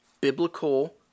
biblical